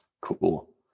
Cool